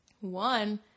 one